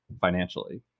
financially